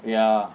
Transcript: ya